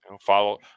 follow